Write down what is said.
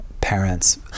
parents